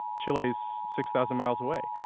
chile's six thousand miles away.